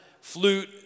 flute